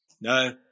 no